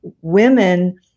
women